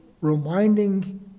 reminding